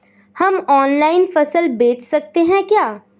हम ऑनलाइन फसल बेच सकते हैं क्या?